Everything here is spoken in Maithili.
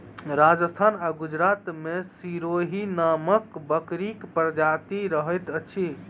राजस्थान आ गुजरात मे सिरोही नामक बकरीक प्रजाति रहैत अछि